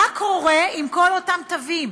מה קורה עם כל אותם תווים?